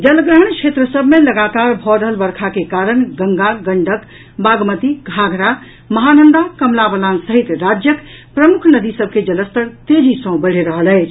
जलग्रहण क्षेत्र सभ मे लगातार भऽ रहल वर्षा के कारण गंगा गंडक बागमती घाघरा महानंदा कमला बलान सहित राज्यक प्रमुख नदी सभ के जलस्तर तेजी सँ बढ़ि रहल अछि